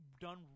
done